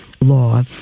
law